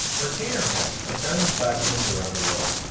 mercator maps are found in classrooms around the world,